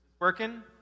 working